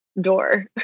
door